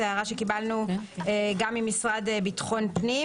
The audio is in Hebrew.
זאת הערה שקיבלנו גם מהמשרד לביטחון הפנים